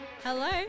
Hello